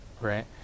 right